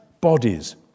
bodies